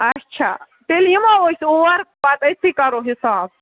اچھا تیٚلہِ یِمو أسۍ اور پتہٕ تٔتۍتھے کرو حساب